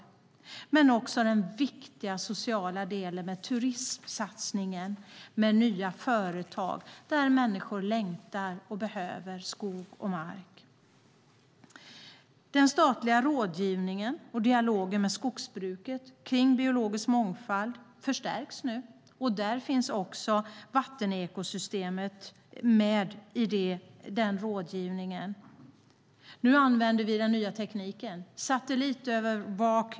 Det handlar också om den viktiga sociala delen med turimsatsningen med nya företag. Människor längtar efter och behöver skog och mark. Den statliga rådgivningen och dialogen med skogsbruket om biologisk mångfalden förstärks nu. I rådgivningen finns också vattenekosystemet med. Nu använder vi den nya tekniken.